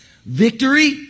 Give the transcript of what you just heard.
Victory